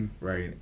right